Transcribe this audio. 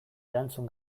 erantzun